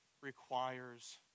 requires